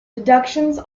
deductions